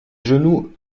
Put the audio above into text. genoux